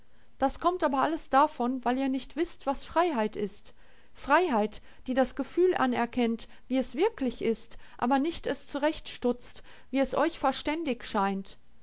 das kommt aber alles davon weil ihr nicht wißt was freiheit ist freiheit die das gefühl anerkennt wie es wirklich ist aber nicht es zurechtstutzt wie es euch verständig scheint